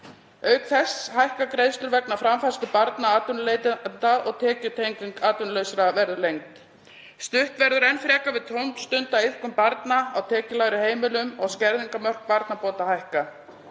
Auk þess hækka greiðslur vegna framfærslu barna atvinnuleitenda og tekjutenging atvinnuleysisbóta verður lengd. Stutt verður enn frekar við tómstundaiðkun barna á tekjulægri heimilum og skerðingarmörk barnabóta hækka.